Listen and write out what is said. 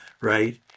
right